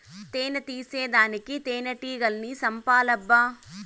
తేని తీసేదానికి తేనెటీగల్ని సంపాలబ్బా